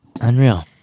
Unreal